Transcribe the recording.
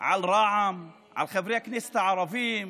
על רע"מ, על חברי הכנסת הערבים,